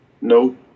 No